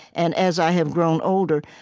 and as i have grown older,